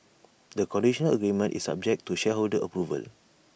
the conditional agreement is subject to shareholder approval